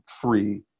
three